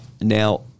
now